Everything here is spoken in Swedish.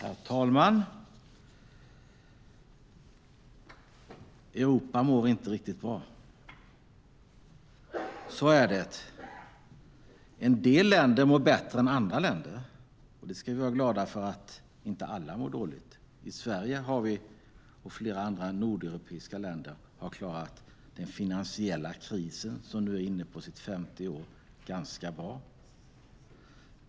Herr talman! Europa mår inte riktigt bra. Så är det. En del länder mår bättre än andra länder. Vi ska vara glada för att inte alla mår dåligt. Sverige och flera andra nordeuropeiska länder har klarat den finansiella krisen, som nu är inne på sitt femte år, ganska bra.